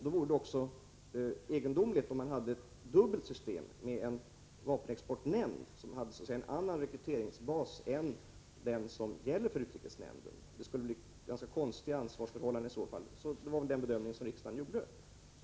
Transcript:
Då vore det också egendomligt om man hade ett dubbelt system, med en vapenexportnämnd som så att säga hade en annan rekryteringsbas än den som gäller för utrikesnämnden. Det skulle i så fall uppstå ganska konstiga ansvarsförhållanden. Det var väl den bedömning som riksdagen gjorde.